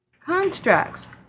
Constructs